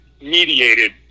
mediated